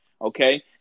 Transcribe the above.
okay